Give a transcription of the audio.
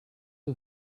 who